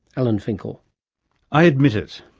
alan finkel i admit it.